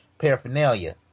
paraphernalia